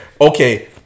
okay